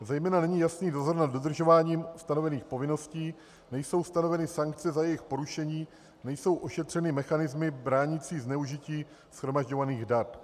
Zejména není jasný dozor nad dodržováním stanovených povinností, nejsou stanoveny sankce za jejich porušení, nejsou ošetřeny mechanismy bránící zneužití shromažďovaných dat.